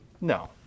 No